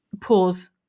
pause